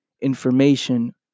information